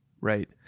right